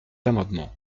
amendement